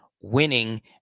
winning